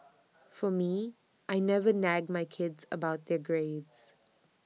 for me I never nag my kids about their grades